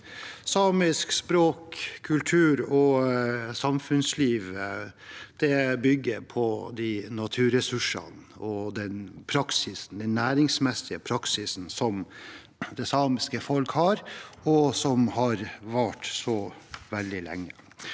Samisk språk, kultur og samfunnsliv bygger på de naturressursene og den næringsmessige praksisen det samiske folket har, som har vart veldig lenge,